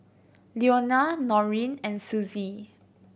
Leonia Noreen and Susie